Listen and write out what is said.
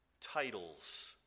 titles